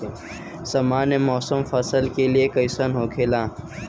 सामान्य मौसम फसल के लिए कईसन होखेला?